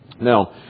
Now